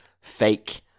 fake